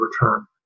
return